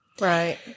Right